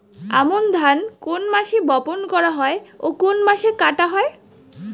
আমন ধান কোন মাসে বপন করা হয় ও কোন মাসে কাটা হয়?